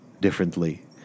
differently